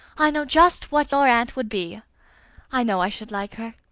i know just what your aunt would be i know i should like her.